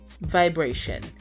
vibration